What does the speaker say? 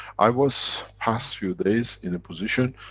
i was past few days in a position,